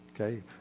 okay